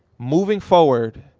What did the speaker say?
moving forward,